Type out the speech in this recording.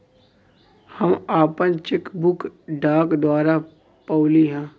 हम आपन cheque book डाक द्वारा पउली है